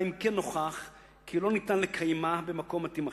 אלא אם כן נוכח כי לא ניתן לקיימה במקום מתאים אחר.